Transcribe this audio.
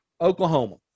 Oklahoma